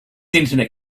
internet